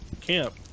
camp